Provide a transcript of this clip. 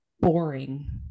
boring